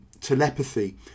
telepathy